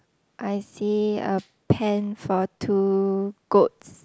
I see a pen for two goats